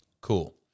Cool